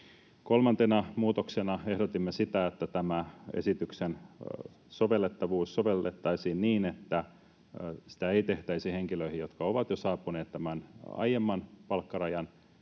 Kolmantena muutoksena ehdotimme sitä, että tätä esitystä sovellettaisiin niin, että sitä ei tehtäisi henkilöihin, jotka ovat jo saapuneet tämän aiemman palkkarajan